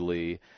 Lee